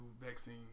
vaccine